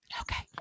Okay